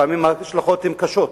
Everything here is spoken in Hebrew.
לפעמים ההשלכות הן קשות,